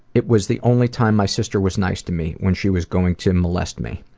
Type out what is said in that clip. it was the only time my sister was nice to me, when she was going to molest me.